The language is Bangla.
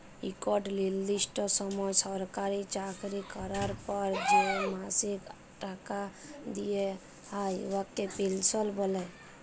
ইকট লিরদিষ্ট সময় সরকারি চাকরি ক্যরার পর যে মাসিক টাকা দিয়া হ্যয় উয়াকে পেলসল্ ব্যলে